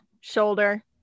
shoulder